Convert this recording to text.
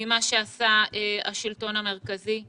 ממה שעשה השלטון המרכזי.